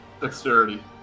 Dexterity